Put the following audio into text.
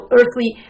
earthly